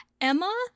Emma